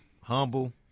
Humble